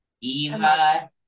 Eva